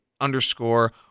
underscore